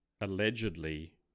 allegedly